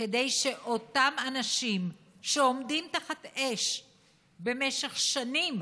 כדי שאותם אנשים שעומדים תחת אש במשך שנים,